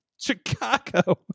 Chicago